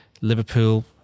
Liverpool